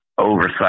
oversight